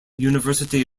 university